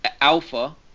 Alpha